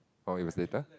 oh it was later